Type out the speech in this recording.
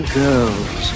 girls